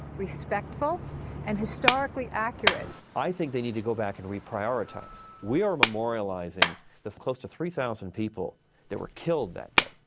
respectful and historically accurate. i think they need to go back and reprioritise. we are memorialising the close to three thousand people that were killed that day,